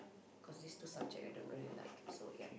cause these two subject I don't really like so yeap